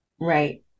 Right